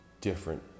different